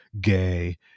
gay